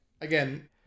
again